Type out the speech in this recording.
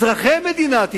אזרחי מדינת ישראל,